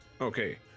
Okay